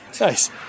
Nice